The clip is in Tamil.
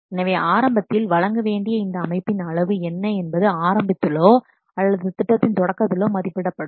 எனவே ஆரம்பத்தில் வழங்க வேண்டிய இந்த அமைப்பின் அளவு என்ன என்பது ஆரம்பத்திலோ அல்லது திட்டத்தின் தொடக்கத்திலோ மதிப்பிடப்படும்